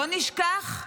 לא נשכח,